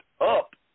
up